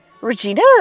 Regina